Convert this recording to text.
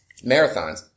marathons